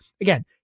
Again